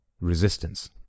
resistance